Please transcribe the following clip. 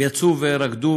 הם יצאו ורקדו